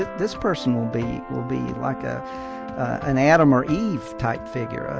this person will be will be like ah an adam or eve type figure.